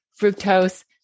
fructose